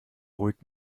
ruhig